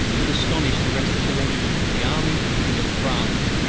would astonish the rest of the regiment, of the army, and of france.